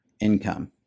income